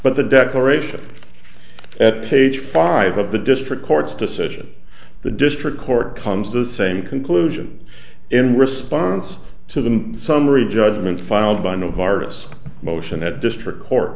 but the declaration at page five of the district court's decision the district court comes to the same conclusion in response to the summary judgment filed by no virus motion at district court